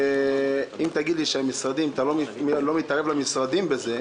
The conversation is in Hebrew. אם תגיד לי שאתה לא מתערב למשרדים בזה,